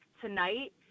tonight